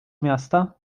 miasta